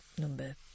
number